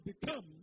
become